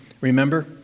Remember